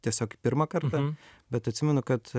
tiesiog pirmą kartą bet atsimenu kad